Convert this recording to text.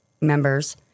members